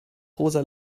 rosa